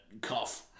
cough